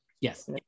yes